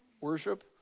Worship